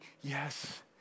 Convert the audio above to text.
yes